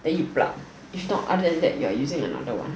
then you plug if not other than that you're using another one